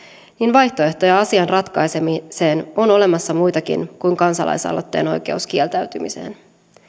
vaihtoehtoja asian ratkaisemiseen on olemassa muitakin kuin kansalaisaloitteen oikeus kieltäytymiseen